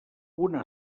una